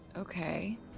Okay